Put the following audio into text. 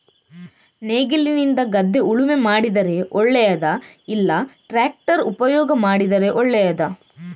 ನೇಗಿಲಿನಿಂದ ಗದ್ದೆ ಉಳುಮೆ ಮಾಡಿದರೆ ಒಳ್ಳೆಯದಾ ಇಲ್ಲ ಟ್ರ್ಯಾಕ್ಟರ್ ಉಪಯೋಗ ಮಾಡಿದರೆ ಒಳ್ಳೆಯದಾ?